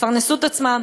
יפרנסו את עצמם,